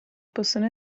possono